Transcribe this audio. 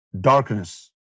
Darkness